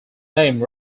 name